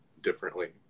differently